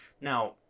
Now